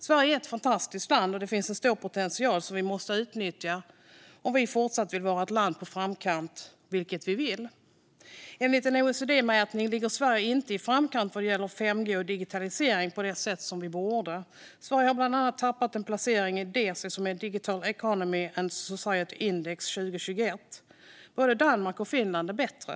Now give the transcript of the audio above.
Sverige är ett fantastiskt land, och det finns en stor potential att utnyttja om vi vill fortsätta att vara ett land i framkant - vilket vi vill. Enligt en OECD-mätning ligger Sverige inte i framkant vad gäller 5G och digitalisering på det sätt som vi borde. Sverige har bland annat tappat en placering i Desi, Digital Economy and Society Index 2021. Både Danmark och Finland är bättre.